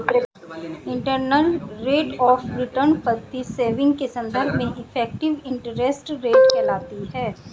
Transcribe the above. internal rate of return पद्धति saving के संदर्भ में इफेक्टिव इंटरेस्ट रेट कहलाती है